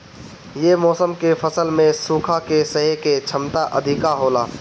ये मौसम के फसल में सुखा के सहे के क्षमता अधिका होला